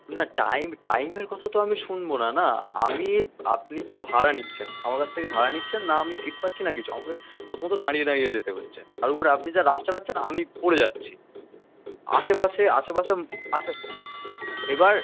না টাইম টাইমের কথা তো আমি শুনবো না না আমি আপনি তো ভাড়া নিচ্ছেন আমার কাছ থেকে ভাড়া নিচ্ছেন না আমি সিট পাচ্ছি না কিছু আমাকে প্রথমত দাঁড়িয়ে দাঁড়িয়ে যেতে হচ্ছে তার উপরে আপনি যা রাফ চালাচ্ছেন আমি পড়ে যাচ্ছি আশেপাশে আশেপাশে আচ্ছা এবার